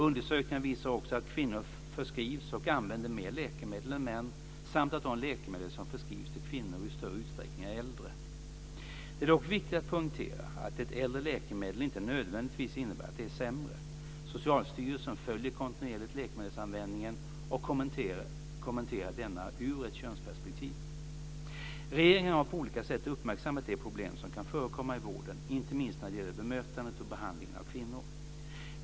Undersökningar visar också att kvinnor förskrivs och använder mer läkemedel än män samt att de läkemedel som förskrivs till kvinnor i större utsträckning är äldre. Det är dock viktigt att poängtera att ett äldre läkemedel inte nödvändigtvis innebär att det är sämre. Socialstyrelsen följer kontinuerligt läkemedelsanvändningen och kommenterar denna ur ett könsperspektiv. Regeringen har på olika sätt uppmärksammat de problem som kan förekomma i vården, inte minst när det gäller bemötandet och behandlingen av kvinnor.